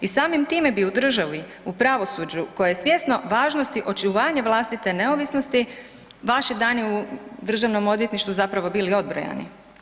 I samim time bi u državi, u pravosuđu koje je svjesno važnosti očuvanja vlastite neovisnosti vaši dani u Državnom odvjetništvu zapravo bili odbrojani.